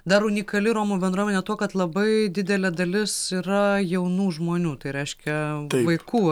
dar unikali romų bendruomenė tuo kad labai didelė dalis yra jaunų žmonių tai reiškia vaikų